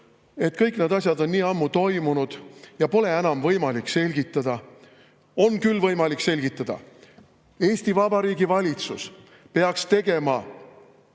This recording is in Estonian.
kõik need asjad on nii ammu toimunud ja pole enam võimalik [välja] selgitada. On küll võimalik [välja] selgitada. Eesti Vabariigi valitsus peaks tegema